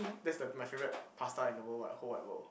that's the my favourite pasta in the world wide whole wide world